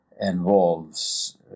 involves